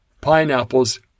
pineapples